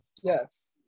Yes